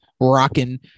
rocking